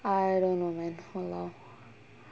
I don't know man !walao!